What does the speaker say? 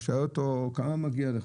הוא שאלו אותו כמה מגיע לך?